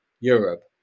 Europe